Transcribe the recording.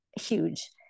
huge